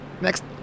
next